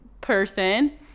person